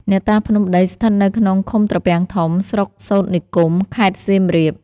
អ្នកតាភ្នំដីស្ថិតនៅក្នុងឃុំត្រពាំងធំ ស្រុកសូទ្រនិគម ខេតខេត្តសៀម។